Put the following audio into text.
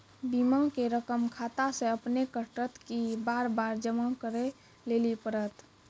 बीमा के रकम खाता से अपने कटत कि बार बार जमा करे लेली पड़त?